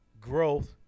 growth